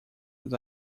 was